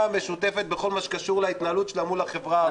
המשותפת בכל הקשור להתנהלות שלה מול החברה הערבית,